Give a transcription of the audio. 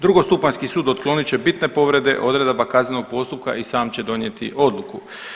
Drugostupanjski sud otklonit će bitne povrede odredaba kaznenog postupka i sam će donijeti odluku.